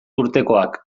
urtekoak